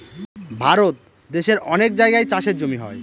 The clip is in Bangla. ভারত দেশের অনেক জায়গায় চাষের জমি হয়